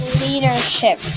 leadership